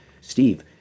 Steve